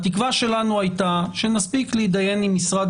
התקווה שלנו הייתה שנספיק להתדיין עם משרד